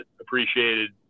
appreciated